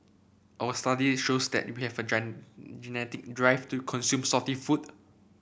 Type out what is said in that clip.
our study shows that we have a genetic drive to consume salty food